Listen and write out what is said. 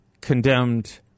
condemned